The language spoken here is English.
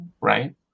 right